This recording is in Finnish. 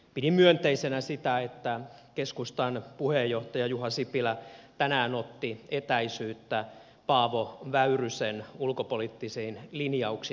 pidin myönteisenä sitä että keskustan puheenjohtaja juha sipilä tänään otti etäisyyttä paavo väyrysen ulkopoliittisiin linjauksiin